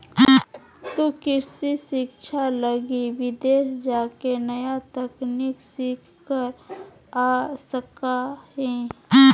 तु कृषि शिक्षा लगी विदेश जाके नया तकनीक सीख कर आ सका हीं